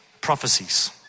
prophecies